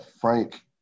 Frank